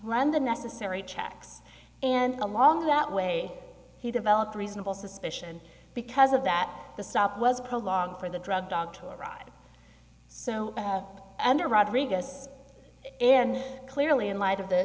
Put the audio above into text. the necessary checks and along that way he developed reasonable suspicion because of that the stop was prolonged for the drug dog to ride so i have under rodriguez and clearly in light of the